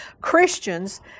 Christians